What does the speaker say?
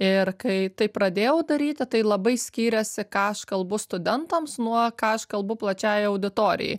ir kai tai pradėjau daryti tai labai skyrėsi ką aš kalbu studentams nuo ką aš kalbu plačiajai auditorijai